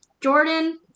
Jordan